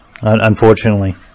unfortunately